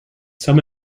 some